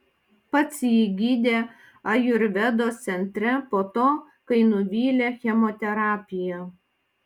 pats jį gydė ajurvedos centre po to kai nuvylė chemoterapija